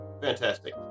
Fantastic